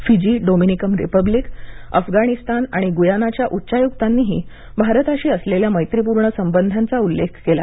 Fiji Dominican Republic Afghanistan आणि गुयानाच्या उच्चायुकांनीही भारताशी असलेल्या मैत्रीपूर्ण संबंधांचा उल्लेख केला